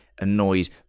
annoyed